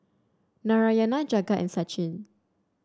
Narayana Jagat and Sachin